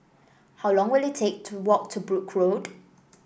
how long will it take to walk to Brooke Road